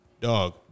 dog